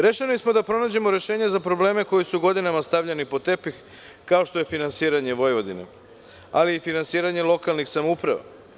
Rešeni smo da pronađemo rešenje za probleme koji su godinama stavljani pod tepih, kao što je finansiranje Vojvodine, ali i finansiranje lokalnih samouprava.